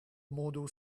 model